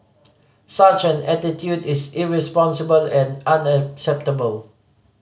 such an attitude is irresponsible and unacceptable